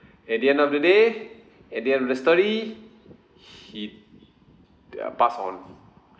at the end of the day at the end of the story he uh passed on